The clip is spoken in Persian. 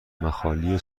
مخالی